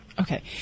Okay